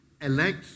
elect